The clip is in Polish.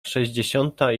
sześćdziesiąta